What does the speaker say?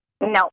No